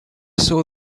saw